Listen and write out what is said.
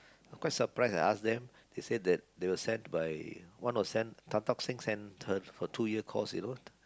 quite surprised I ask them they say that they were sent by one was sent Tan-Tock-Seng sent her for two year course you know